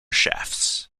shafts